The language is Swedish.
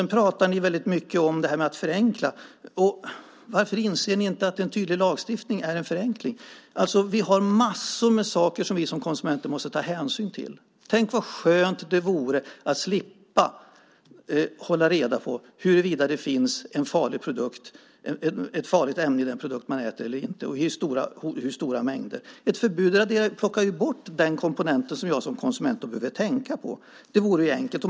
Ni talar väldigt mycket om att förenkla. Varför inser ni inte att en tydlig lagstiftning är en förenkling? Vi har mängder av saker som vi som konsumenter måste ta hänsyn till. Tänk vad skönt det vore att slippa hålla reda på huruvida det finns ett farligt ämne i den produkt man äter eller inte och i hur stora mängder. Ett förbud plockar bort den komponent som jag som konsument behöver tänka på. Det vore enkelt.